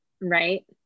right